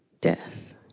death